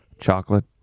chocolate